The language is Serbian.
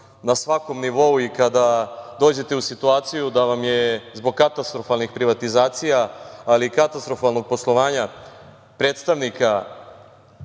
na svakom nivou i kada dođete u situaciju da vam je zbog katastrofalnih privatizacija, ali i katastrofalnog poslovanja predstavnika